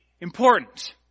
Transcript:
important